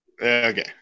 Okay